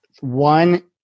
One